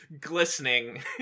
glistening